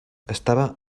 estava